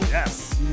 Yes